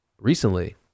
recently